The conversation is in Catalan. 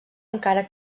encara